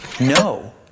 no